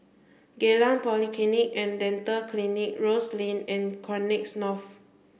Geylang Polyclinic and Dental Clinic Rose Lane and Connexis North